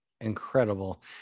incredible